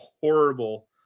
horrible